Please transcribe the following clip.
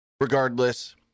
regardless